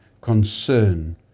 concern